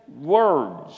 words